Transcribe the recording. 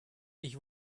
ich